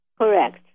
correct